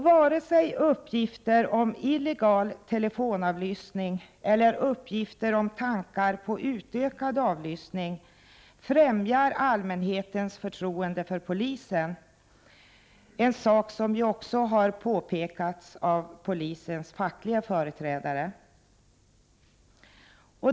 Varken uppgifter om illegal telefonavlyssning eller uppgifter om tankar på utökad avlyssning främjar allmänhetens förtroende för polisen, en sak som ju även påpekats av polisens fackliga företrädare.